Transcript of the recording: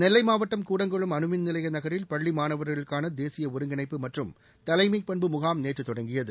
நெல்லை மாவட்டம் கூடங்குளம் அணுமின் நிலைய நகரில் பள்ளி மாணவர்களுக்கான தேசிய ஒருங்கிணைப்பு மற்றும் தலைமைப் பண்பு முகாம் நேற்று தொடங்கியது